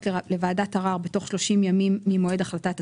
לוועדת ערר בתוך שלושים ימים ממועד החלטת השר.